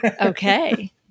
Okay